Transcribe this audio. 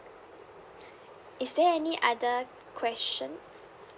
is there any other question